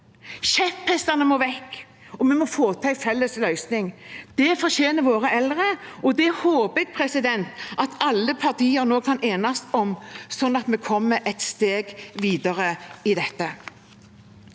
Kjepphestene må vekk, og vi må få til en felles løsning. Det fortjener våre eldre, og det håper jeg at alle partier nå kan enes om, slik at vi kommer et steg videre i dette.